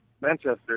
Manchester